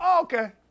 Okay